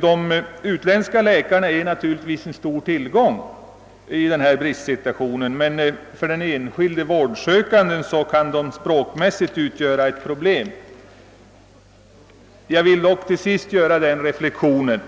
De utländska läkarna är naturligtvis en stor tillgång i denna bristsituation, men för den enskilde vårdsökanden kan de utgöra ett problem på grund av språksvårigheterna. Jag vill dock till sist göra den reflexionen,